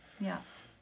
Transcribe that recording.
Yes